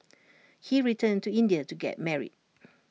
he returned to India to get married